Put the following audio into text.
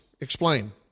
explain